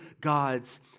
God's